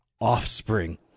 offspring